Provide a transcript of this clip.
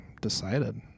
decided